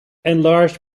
enlarged